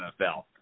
NFL